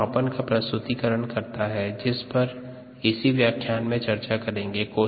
यह मापन का प्रस्तुतिकरण करता जिस पर इसी व्यख्यान में चर्चा करेंगे